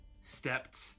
stepped